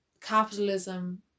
Capitalism